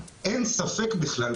אין ספק בכלל.